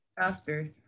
faster